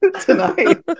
tonight